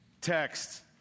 text